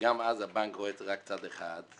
גם אז הבנק רואה רק צד אחד.